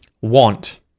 Want